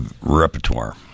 repertoire